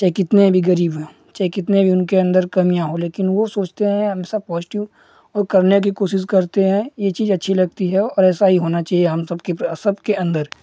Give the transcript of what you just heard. चाहे कितने भी गरीब हों चाहे कितनी ही उनके अन्दर कमियाँ हों वह सोचते हैं हमेशा पॉज़िटिव और करने की कोशिश करते हैं यह चीज़ अच्छी लगती है ऐसा ही होना चाहिए हम सबके सबके अन्दर